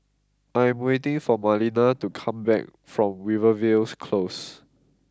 I am waiting for Marlena to come back from Rivervale Close